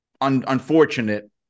unfortunate